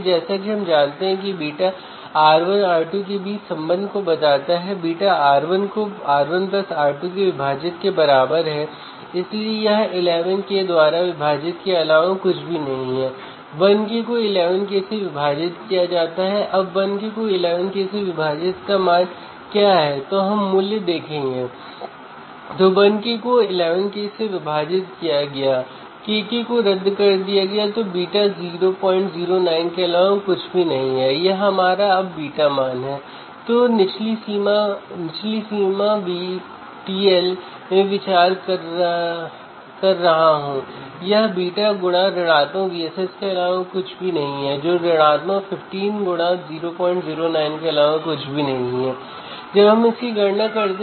जैसा मैंने कहा कि इंस्ट्रूमेंट एम्पलीफायर कुछ भी नहीं है बल्कि इसमें आपके डिफ़्रेंसियल एम्पलीफायर के साथ बफर जुड़ा या इंटीग्रेटेड होता है